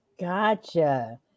gotcha